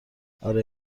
آره